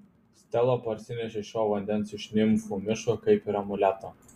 stela parsinešė šio vandens iš nimfų miško kaip ir amuletą